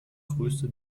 größte